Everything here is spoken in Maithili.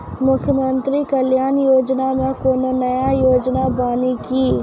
मुख्यमंत्री कल्याण योजना मे कोनो नया योजना बानी की?